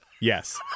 Yes